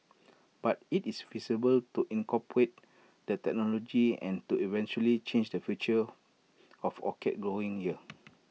but IT is feasible to incorporate that technology and to eventually change the future of orchid growing here